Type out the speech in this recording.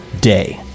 day